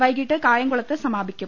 വൈകീട്ട് കായംകുളത്ത് സ്മാപിക്കും